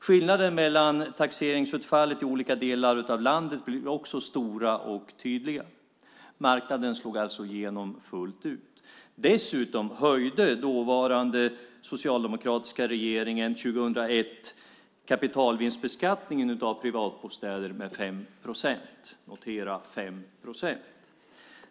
Skillnaderna mellan taxeringsutfallet i olika delar av landet blev också stora och tydliga. Marknaden slog alltså igenom fullt ut. Dessutom höjde den dåvarande socialdemokratiska regeringen 2001 kapitalvinstbeskattningen av privatbostäder med 5 procent - notera detta: 5 procent.